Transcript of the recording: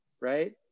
right